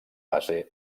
base